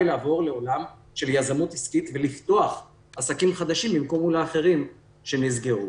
לעולם של יזמות עסקית ולפתוח עסקים חדשים במקום אחרים שנסגרו.